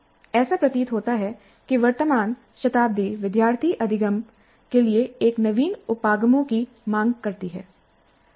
ऐसा प्रतीत होता है कि वर्तमान शताब्दी विद्यार्थी अधिगम के लिए ऐसे नवीन उपागमों की माँग करती है